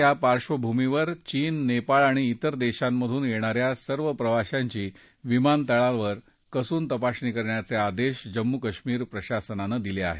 त्या पार्बभूमीवर चीन नेपाळ आणि इतर देशांमधून येणाऱ्या सर्व प्रवाशांची विमानतळांवर कसून तपासणी करण्याचे आदेश जम्मू कश्मीर प्रशासनानं दिले आहेत